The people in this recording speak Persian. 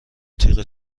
تیغ